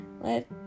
let